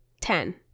Ten